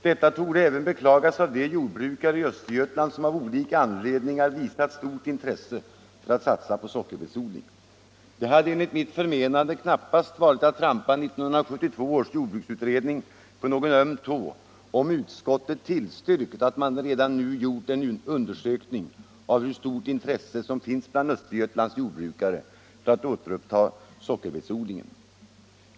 Detta torde även beklagas av de jordbrukare i Östergötland som av olika anledningar visat stort intresse för att satsa på sockerbetsodling. Det hade enligt mitt förmenande knappast varit att trampa 1972 års jordbruksutredning på någon öm tå, om utskottet tillstyrkt att man redan nu gjort en undersökning av hur stort intresse som finns bland Östergötlands jordbrukare att återuppta sockerbetsodlingen.